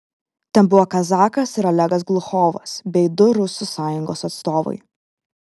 ten buvo kazakas ir olegas gluchovas bei du rusų sąjungos atstovai